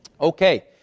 Okay